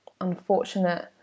unfortunate